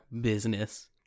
business